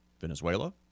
Venezuela